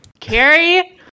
Carrie